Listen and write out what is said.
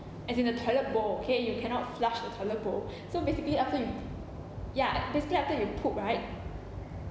as in the toilet bowl okay you cannot flush the toilet bowl so basically after you ya basically after you poop right